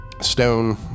stone